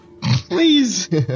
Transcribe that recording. Please